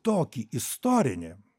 tokį istorinį